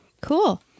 cool